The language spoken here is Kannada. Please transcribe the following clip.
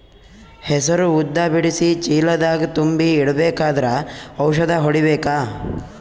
ಹೆಸರು ಉದ್ದ ಬಿಡಿಸಿ ಚೀಲ ದಾಗ್ ತುಂಬಿ ಇಡ್ಬೇಕಾದ್ರ ಔಷದ ಹೊಡಿಬೇಕ?